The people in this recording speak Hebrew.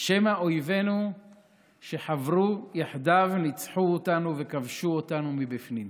שמא אויבינו שחברו יחדיו ניצחו אותנו וכבשו אותנו מבפנים.